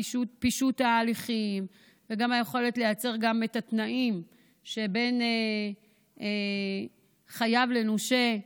פישוט תהליכים וגם היכולת ליצר תנאים בין חייב לנושה,